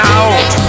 out